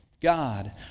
God